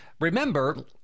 Remember